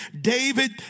David